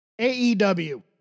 AEW